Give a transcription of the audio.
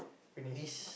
finish